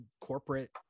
corporate